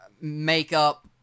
makeup